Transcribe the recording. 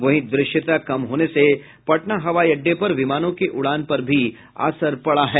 वहीं दृश्यता कम होने से पटना हवाई अड्डे पर विमानों के उड़ान पर भी असर पड़ा है